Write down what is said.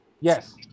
Yes